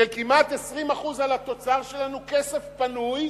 שכמעט 20% על התוצר שלנו הם כסף פנוי,